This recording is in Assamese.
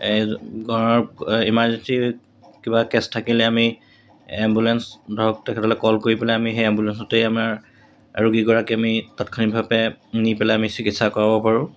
ইমাৰজেঞ্চিৰ কিবা কেছ থাকিলে আমি এম্বুলেঞ্চ ধৰক তেখেতসকললৈ ক'ল কৰি পেলাই আমি সেই এম্বুলেঞ্চতেই আমাৰ ৰোগীগৰাকী আমি তৎক্ষণিকভাৱে নি পেলাই আমি চিকিৎসা কৰাব পাৰোঁ